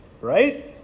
Right